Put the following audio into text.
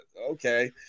okay